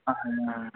ਅ ਹਾਂ